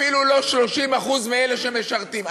אפילו לא 30% מאלה שמשרתים.